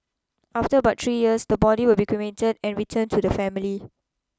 after about three years the body will be cremated and returned to the family